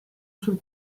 sul